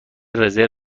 رزرو